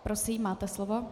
Prosím, máte slovo.